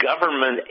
Government